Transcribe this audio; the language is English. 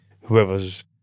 whoever's